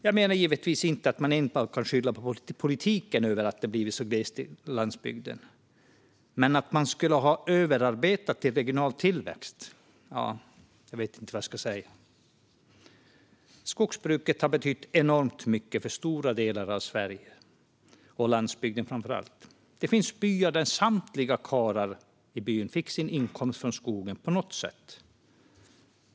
Jag menar givetvis inte att man enbart kan skylla på politiken för att det har blivit så glest i landsbygden. Men att man skulle ha överarbetat till regional tillväxt - jag vet inte vad jag ska säga. Skogsbruket har betytt enormt mycket för stora delar av Sverige och framför allt landsbygden. Det finns byar där samtliga karlar fick sin inkomst från skogen på något sätt.